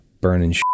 burning